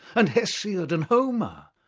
and hesiod and homer?